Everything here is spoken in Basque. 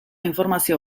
informazio